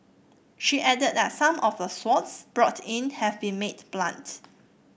she added that some of the swords brought in have been made blunt